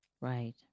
Right